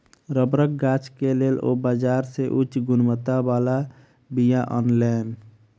रबड़क गाछ के लेल ओ बाजार से उच्च गुणवत्ता बला बीया अनलैन